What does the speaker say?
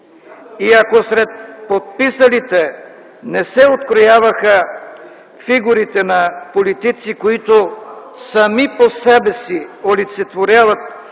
и ако сред подписалите не се открояваха фигурите на политици, които сами по себе си олицетворяват